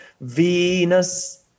Venus